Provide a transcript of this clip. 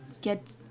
get